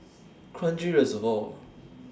Kranji Reservoir